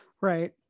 right